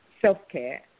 self-care